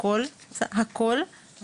לפיה כל חולה חדש מקבל עד כ-20 גרם קנאביס,